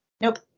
Nope